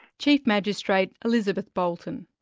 chief magistrate, elizabeth bolton.